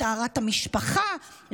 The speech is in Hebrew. לטהרת המשפחה,